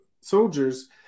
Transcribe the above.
soldiers